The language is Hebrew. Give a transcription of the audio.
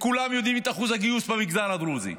וכולם יודעים מה אחוז הגיוס במגזר הדרוזי,